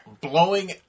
blowing